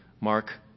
mark